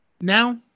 now